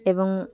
ଏବଂ